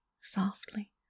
softly